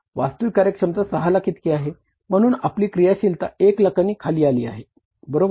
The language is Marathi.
वास्तविक कार्यक्षमता 6 लाख इतकी आहे म्हणून आपली क्रियाशीलता 1 लाखांनी खाली आली आहे बरोबर